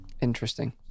interesting